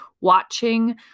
watching